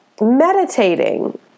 meditating